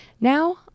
Now